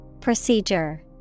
Procedure